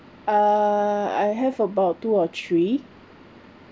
uh I have about two or three